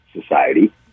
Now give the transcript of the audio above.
society